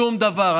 שום דבר.